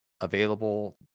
available